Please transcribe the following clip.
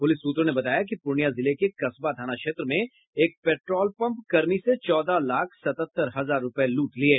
police सूत्रों ने बताया कि पूर्णिया जिले के कसबा थाना क्षेत्र में एक पेट्रोल पंप कर्मी से चौदह लाख सतहत्तर हजार रूपये लूट लिये